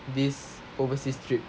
this overseas trip